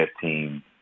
team